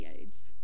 AIDS